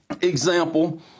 example